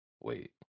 Wait